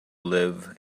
live